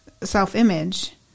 self-image